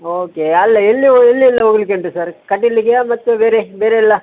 okay ಅಲ್ಲ ಎಲ್ಲಿ ಓ ಎಲ್ಲಿ ಎಲ್ಲ ಹೋಗ್ಲಿಕ್ಕೆ ಉಂಟು ಸರ್ ಕಟೀಲಿಗೆಯಾ ಮತ್ತು ಬೇರೆ ಬೇರೆಯೆಲ್ಲ